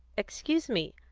excuse me.